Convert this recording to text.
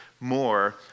more